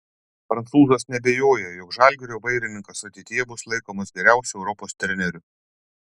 prancūzas neabejoja jog žalgirio vairininkas ateityje bus laikomas geriausiu europos treneriu